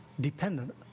dependent